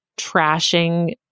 trashing